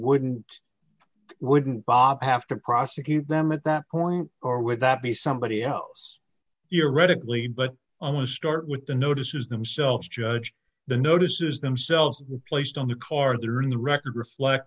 wouldn't wouldn't bob have to prosecute them at that corner or would that be somebody else here reddick lee but i want to start with the notices themselves judge the notices themselves placed on the car there in the record reflect